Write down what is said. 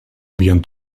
havien